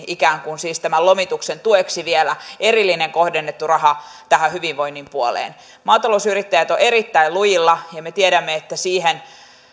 ikään kuin siis tämän lomituksen tueksi vielä erillinen kohdennettu raha tähän hyvinvoinnin puoleen maatalousyrittäjät ovat erittäin lujilla ja me tiedämme että niihin